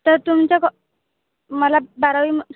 तर तुमच्या क मला बारावी